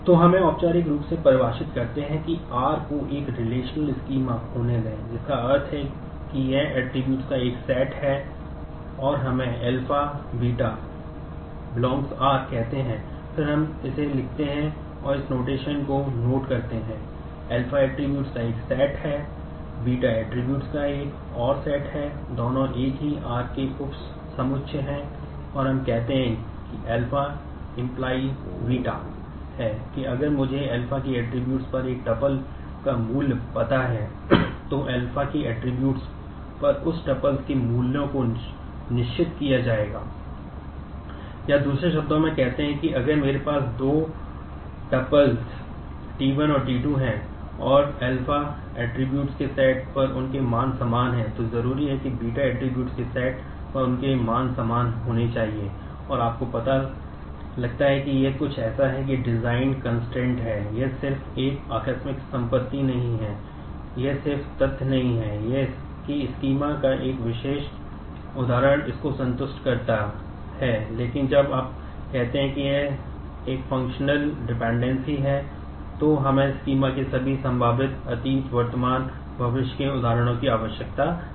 तो हमें औपचारिक रूप से परिभाषित करते हैं कि R को एक रिलेशनल के सभी संभावित अतीत वर्तमान और भविष्य के उदाहरणों की आवश्यकता है